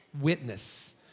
witness